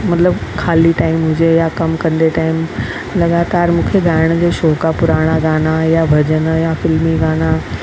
मतिलब ख़ाली टाइम हुजे या कमु कंदे टाइम लॻातारु मूंखे ॻाइण जो शौंक़ु आहे पुराणा गाना या भजन या फिल्मी गाना